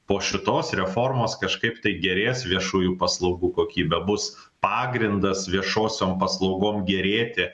po šitos reformos kažkaip tai gerės viešųjų paslaugų kokybė bus pagrindas viešosiom paslaugom gerėti